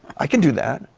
i can do that.